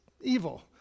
evil